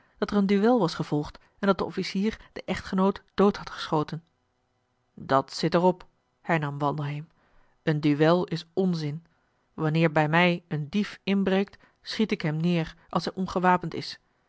dat er een duel was gevolgd en dat de officier den echtgenoot dood had geschoten dat zit er op hernam wandelheem een duel is onzin wanneer bij mij een dief inbreekt schiet ik hem neer als hij ongewapend is